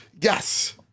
yes